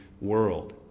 world